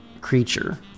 creature